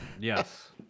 Yes